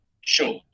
Sure